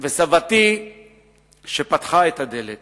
וסבתי פתחה את הדלת